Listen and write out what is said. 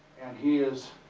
and he is,